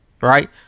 right